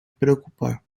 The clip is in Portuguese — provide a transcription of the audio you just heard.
preocupar